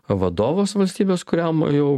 vadovas valstybės kuriam jau